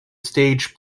stage